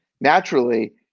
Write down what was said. naturally